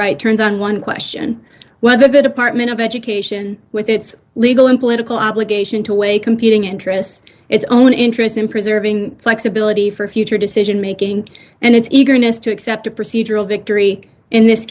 right turns on one question why the good apartment of education with its legal and political obligation to weigh competing interests its own interests in preserving flexibility for future decision making and its eagerness to accept a procedural victory in this